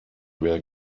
were